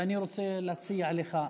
ואני רוצה להציע לך,